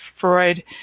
Freud